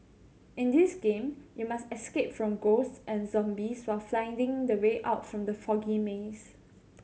in this game you must escape from ghosts and zombies while finding the way out from the foggy maze